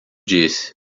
disse